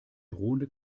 drohende